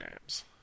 games